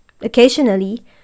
Occasionally